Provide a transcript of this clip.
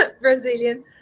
brazilian